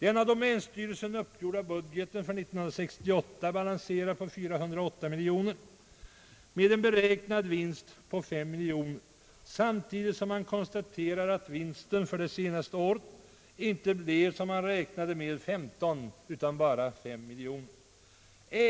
Den av domänstyrelsen uppgjorda budgeten 1968 balanserar på 405 miljoner kronor med en beräknad vinst på 53 miljoner kronor, samtidigt som man konstaterar att vinsten 1967 inte blev, som man räknade med 15 miljoner, utan bara 5 miljoner kronor.